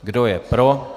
Kdo je pro?